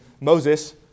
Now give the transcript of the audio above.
Moses